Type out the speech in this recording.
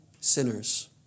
sinners